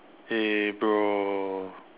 eh bro